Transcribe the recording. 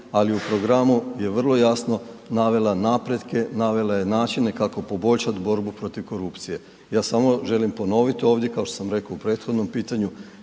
ali u programu je vrlo jasno navela napretke, navela je načine kako poboljšati borbu protiv korupcije. Ja samo želim ponoviti ovdje, kao što sam rekao i u prethodnom pitanju,